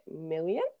million